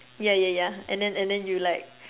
ya ya ya and then and then you like